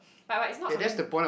but right is not something